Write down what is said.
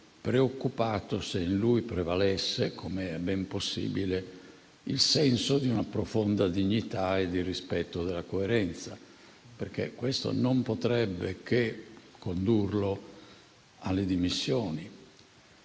preoccupato se in lui prevalesse - come è ben possibile - il senso di una profonda dignità e di rispetto della coerenza, perché questo non potrebbe che condurlo alle dimissioni.